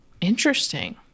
Interesting